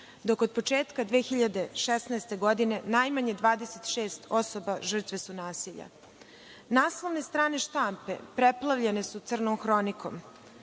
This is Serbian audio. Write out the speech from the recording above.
dok od početka 2016. godine najmanje 26 osoba žrtve su nasilja. Naslovne strane štampe preplavljene su crnom hronikom.